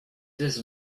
this